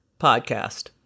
podcast